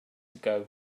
ago